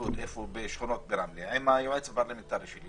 ללוד ולשכונות ברמלה עם היועץ הפרלמנטרי שלי,